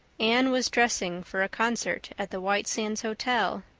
anne was dressing for a concert at the white sands hotel.